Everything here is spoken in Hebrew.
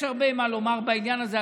יש הרבה מה לומר בעניין הזה,